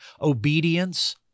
Obedience